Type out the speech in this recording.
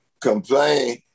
complain